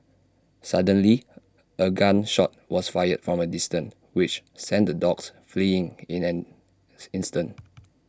suddenly A gun shot was fired from A distance which sent the dogs fleeing in an instant